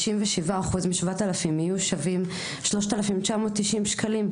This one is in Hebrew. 57% מ-7,000 יהיו שווים 3,990 שקלים.